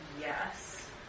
yes